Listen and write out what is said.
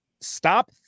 Stop